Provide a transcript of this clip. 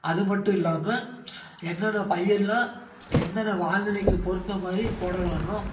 அது மட்டும் இல்லாமல் என்னென்ன பயிர்லாம் என்னென்ன வானிநிலைக்கி பொறுத்த மாதிரி போடலாம்னா